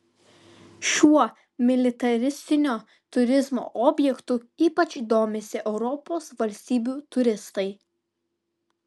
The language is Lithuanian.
šiuo militaristinio turizmo objektu ypač domisi europos valstybių turistai